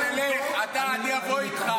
--- ולא גייסתם אפילו אחד.